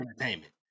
entertainment